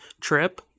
Trip